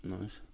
nice